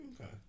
okay